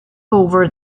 over